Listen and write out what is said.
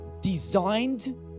designed